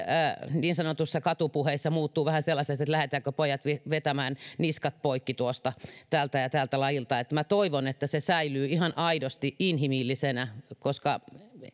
niin sanotuissa katupuheissa muuttuu vähän sellaiseksi että lähdetäänkö pojat vetämään niskat poikki tältä ja tältä lajilta eli toivon että se säilyy ihan aidosti inhimillisenä koska